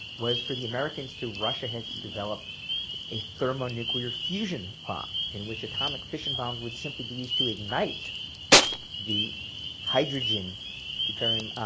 was for the americans to rush ahead to develop a thermonuclear fusion bomb. in which atomic fission bombs would simply be used to ignite the hydrogen deuterium,